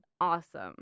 awesome